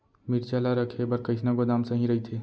मिरचा ला रखे बर कईसना गोदाम सही रइथे?